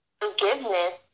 forgiveness